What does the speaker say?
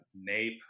nape